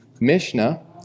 Mishnah